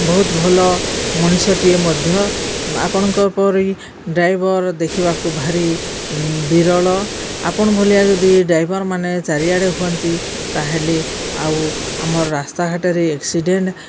ବହୁତ ଭଲ ମଣିଷଟିଏ ମଧ୍ୟ ଆପଣଙ୍କ ପରି ଡ୍ରାଇଭର ଦେଖିବାକୁ ଭାରି ବିରଳ ଆପଣ ଭଲିଆ ଯଦି ଡ୍ରାଇଭର ମାନେ ଚାରିଆଡ଼େ ହୁଅନ୍ତି ତାହେଲେ ଆଉ ଆମର ରାସ୍ତାଘାଟରେ ଏକ୍ସିଡେଣ୍ଟ